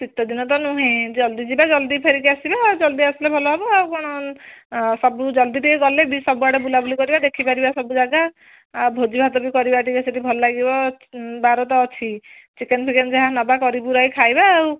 ଶୀତଦିନ ତ ନୁହେଁ ଜଲ୍ଦି ଯିବା ଜଲ୍ଦି ଫେରିକି ଆସିବା ଜଲ୍ଦି ଆସିଲେ ଭଲ ହେବ ଆଉ କଣ ଆ ସବୁ ଜଲ୍ଦି ଟିକିଏ ଗଲେ ସବୁଆଡ଼େ ବୁଲାବୁଲି କରିବା ଦେଖିପାରିବା ସବୁଜାଗା ଆ ଭୋଜିଭାତ ବି କରିବା ଟିକିଏ ସେଠି ଭଲଲାଗିବ ଉଁ ବାର ତ ଅଛି ଚିକେନ୍ଫିକେନ୍ ଯାହା ନବା କରିକୁରାକି ଖାଇବା ଆଉ